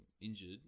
injured